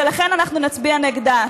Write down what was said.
ולכן אנחנו נצביע נגדה.